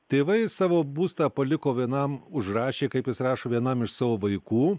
tėvai savo būstą paliko vienam užrašė kaip jis rašo vienam iš savo vaikų